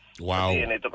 Wow